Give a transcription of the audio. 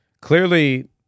clearly